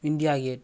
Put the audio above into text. India gate